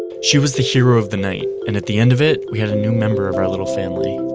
she was the hero of the night and at the end of it, we had a new member of our little family.